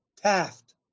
Taft